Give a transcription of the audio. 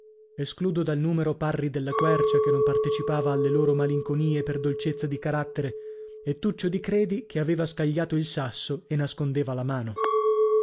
escludo dal numero parri della quercia che non partecipava alle loro malinconie per dolcezza di carattere e tuccio di credi che aveva scagliato il sasso e nascondeva la mano